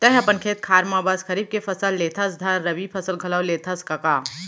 तैंहा अपन खेत खार म बस खरीफ के फसल लेथस धन रबि फसल घलौ लेथस कका?